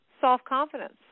self-confidence